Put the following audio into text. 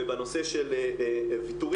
ובנושא של פיטורים,